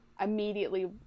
immediately